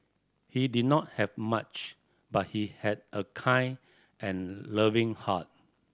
he did not have much but he had a kind and loving heart